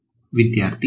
ವಿದ್ಯಾರ್ಥಿ ಗರಿಷ್ಠ N